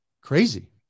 Crazy